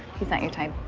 he's not your type?